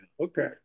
Okay